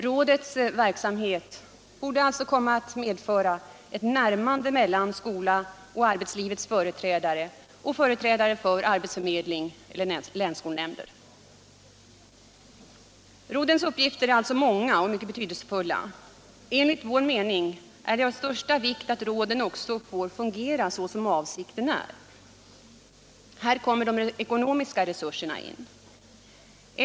Rådets verksamhet kommer alltså att medföra ett närmande mellan skolan och arbetslivets företrädare och företrädare för arbetsförmedling eller länsarbetsnämnder. Rådets uppgifter är alltså många och betydelsefulla. Enligt vår mening är det av största vikt att råden också får fungera såsom avsikten är. Här kommer de ekonomiska resurserna in.